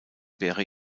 wäre